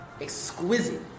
exquisite